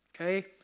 Okay